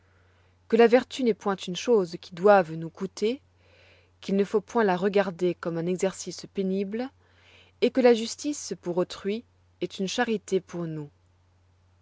que la vertu n'est point une chose qui doive nous coûter qu'il ne faut point la regarder comme un exercice pénible et que la justice pour autrui est une charité pour nous